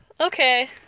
Okay